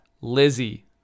lizzie